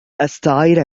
أستعير